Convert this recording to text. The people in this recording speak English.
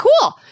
cool